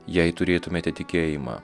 jei turėtumėte tikėjimą